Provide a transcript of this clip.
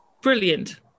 brilliant